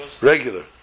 Regular